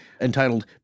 entitled